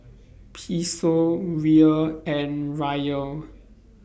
Peso Riel and Riyal